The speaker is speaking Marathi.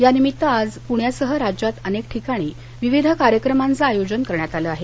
या निमित्त आज पुण्यासह राज्यात अनेक ठिकाणी विविध कार्यक्रमांचं आयोजन करण्यात आलं आहे